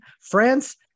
France